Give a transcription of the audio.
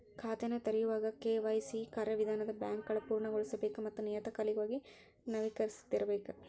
ಖಾತೆನ ತೆರೆಯೋವಾಗ ಕೆ.ವಾಯ್.ಸಿ ಕಾರ್ಯವಿಧಾನನ ಬ್ಯಾಂಕ್ಗಳ ಪೂರ್ಣಗೊಳಿಸಬೇಕ ಮತ್ತ ನಿಯತಕಾಲಿಕವಾಗಿ ನವೇಕರಿಸ್ತಿರಬೇಕ